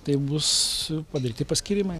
taip bus palikti paskyrimai